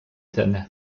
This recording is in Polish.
cenę